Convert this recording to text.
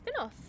spinoff